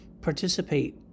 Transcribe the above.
participate